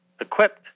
equipped